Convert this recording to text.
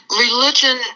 religion